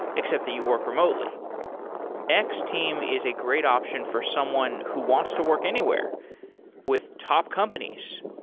except that you work remotely x-team is a great option for someone who wants to work anywhere with top companies,